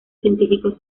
científicos